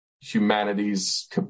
humanity's